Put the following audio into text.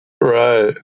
Right